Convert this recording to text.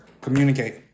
communicate